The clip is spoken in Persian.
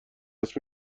است